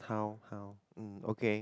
count count hmm okay